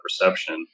perception